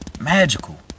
magical